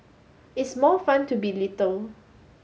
it's more fun to be little